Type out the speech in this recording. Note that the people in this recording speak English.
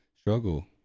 struggle